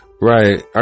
Right